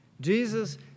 Jesus